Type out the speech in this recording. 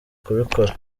kubikora